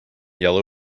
yellow